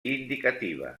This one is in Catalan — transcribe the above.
indicativa